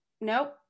nope